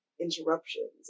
interruptions